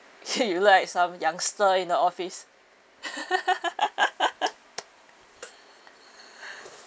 you like some youngster in the office